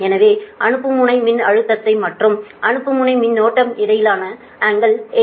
எனவே அனுப்பும் முனை மின்னழுத்தத்தை மற்றும் அனுப்பும் முனை மின்னோட்டம் இடையிலான கோணம் 8